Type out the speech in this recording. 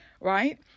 right